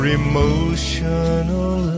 emotional